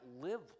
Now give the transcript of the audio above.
live